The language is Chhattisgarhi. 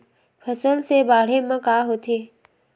फसल से बाढ़े म का होथे?